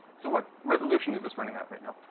so what resolution is this running at right now?